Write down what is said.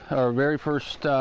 very first